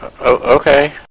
okay